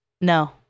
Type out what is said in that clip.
No